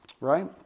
right